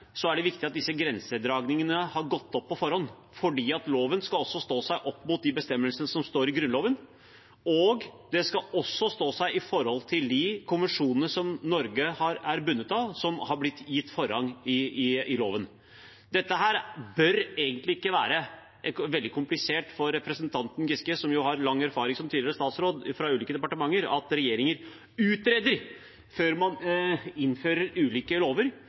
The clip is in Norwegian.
er det viktig at disse grensedragningene er gått opp på forhånd, for loven skal også stå seg opp mot de bestemmelsene som står i Grunnloven, og i forhold til de konvensjonene som Norge er bundet av, og som er blitt gitt forrang i loven. Dette bør egentlig ikke være veldig komplisert for representanten Giske, som jo har lang erfaring som statsråd i ulike departementer, at regjeringer utreder før man innfører ulike lover